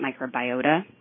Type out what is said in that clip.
microbiota